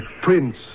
prince